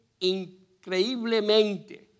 increíblemente